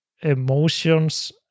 emotions